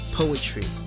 poetry